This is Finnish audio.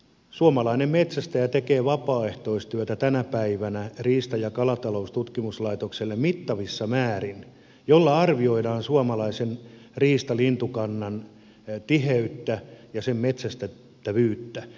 suomalainen metsästäjä tekee tänä päivänä riista ja kalatalouden tutkimuslaitokselle mittavissa määrin vapaaehtoistyötä jolla arvioidaan suomalaisen riistalintukannan tiheyttä ja sen metsästettävyyttä